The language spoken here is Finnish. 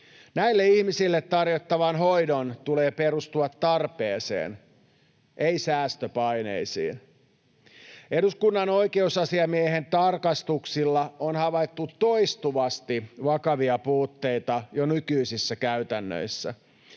Näille ihmisille tarjottavan hoidon tulee perustua tarpeeseen, ei säästöpaineisiin. Eduskunnan oikeusasiamiehen tarkastuksissa on havaittu toistuvasti vakavia puutteita jo nykyisissä käytännöissä.